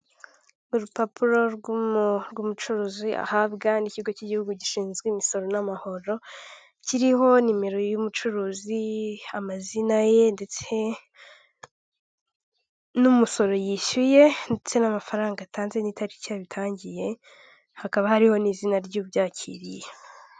Urupapuro rw'umucuruzi ahabwa n'ikigo cy'igihugu gishinzwe imisoro n'amahoro kiriho nimero y'ubucuruzi, amazina ye ndetse n'umusoro yishyuye ndetse n'amafaranga atanze n'itariki yabitangiye, hakaba hariho n'izina ry'ubyakiriye.